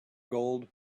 gold